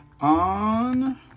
on